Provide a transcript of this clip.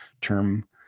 term